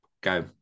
go